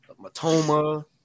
Matoma